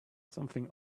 something